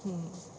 mm